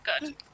Good